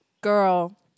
girl